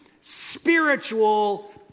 spiritual